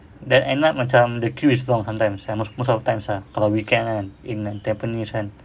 then end up macam the queue is long sometimes ya most of the time lah kalau weekend kan in tampines kan